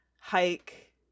hike